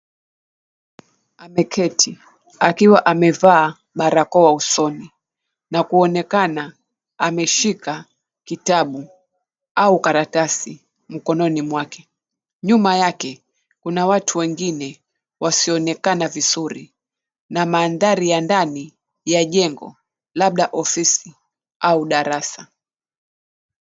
Ameketi akiwa amevaa barakoa usoni na kuonekana ameshika kitabu au karatasi mkononi mwake. Nyuma yake kuna watu wengine wasionekana vizuri na mandhari ya ndani ya jengo labda ofisi au darasa.